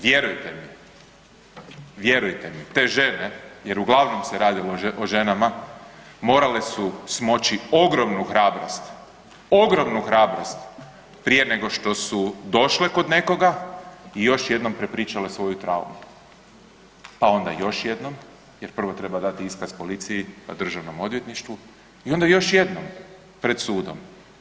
Vjerujte mi, vjerujte mi te žene jer uglavnom se radilo o ženama morale su smoći ogromnu hrabrost, ogromnu hrabrost prije nego što su došle kod nekoga i još jednom prepričale svoju traumu, pa onda još jednom jer prvo treba dati iskaz policiji, pa DORH-u i onda još jednom pred sudom.